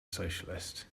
socialist